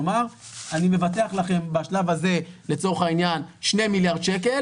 כלומר אני מבטח לכם בשלב הזה לצורך העניין שני מיליארד שקל